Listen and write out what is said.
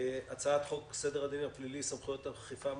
הצעת חוק סדר הדין הפלילי (סמכויות אכיפה,